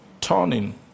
turning